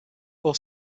four